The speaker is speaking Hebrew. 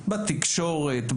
בתקשורת,